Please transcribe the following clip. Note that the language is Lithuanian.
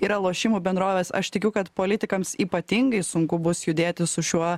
yra lošimų bendrovės aš tikiu kad politikams ypatingai sunku bus judėti su šiuo